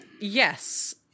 Yes